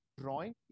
drawing